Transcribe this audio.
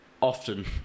often